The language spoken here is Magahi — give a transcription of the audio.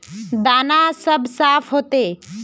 दाना सब साफ होते?